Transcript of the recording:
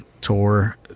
tour